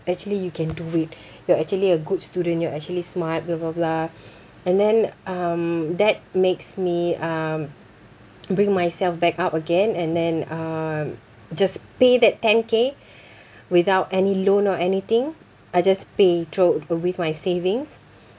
actually you can do it you're actually a good student you're actually smart blah blah blah and then um that makes me um bring myself back up again and then um just pay that ten K without any loan or anything I just pay through with my savings